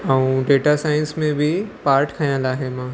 ऐं data science में बि पार्ट खंयल आहे मां